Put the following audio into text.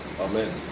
Amen